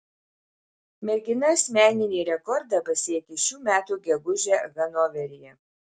mergina asmeninį rekordą pasiekė šių metų gegužę hanoveryje